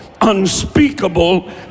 unspeakable